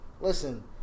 listen